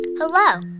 Hello